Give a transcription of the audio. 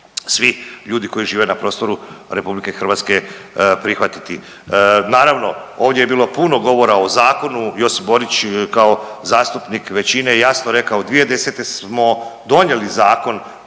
svi ljudi koji žive na prostoru RH prihvatiti. Naravno ovdje je bilo puno govora o zakonu, Josip Borić kao zastupnik većine je jasno rekao 2010. smo donijeli zakon